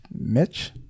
Mitch